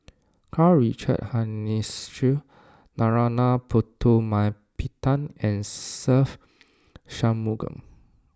Karl Richard Hanitsch Narana Putumaippittan and Se Ve Shanmugam